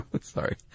Sorry